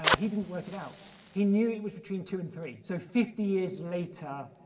ah he didn't work it out. he knew it was between two and three. so fifty years later,